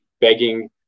begging